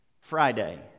Friday